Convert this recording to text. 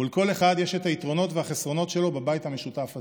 ולכל אחד יש את היתרונות והחסרונות שלו בבית המשותף הזה.